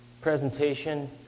presentation